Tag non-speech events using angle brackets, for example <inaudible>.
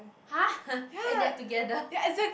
!huh! <laughs> and they are together